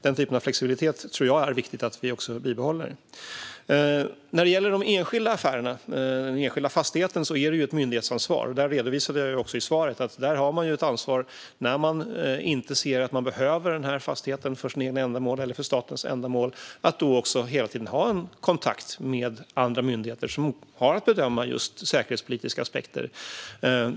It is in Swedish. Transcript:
Den typen av flexibilitet är viktig att bibehålla. När det gäller den enskilda fastigheten är det ett myndighetsansvar. Jag redovisade i mitt svar att man, när man inte längre behöver fastigheten för egna eller statens ändamål, hela tiden har ett ansvar att ha kontakt med andra myndigheter som ska bedöma just säkerhetspolitiska aspekter.